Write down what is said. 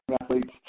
athletes